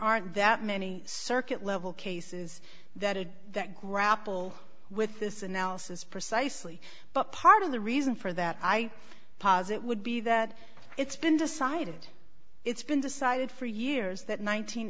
aren't that many circuit level cases that had that grapple with this analysis precisely but part of the reason for that i posit would be that it's been decided it's been decided for years that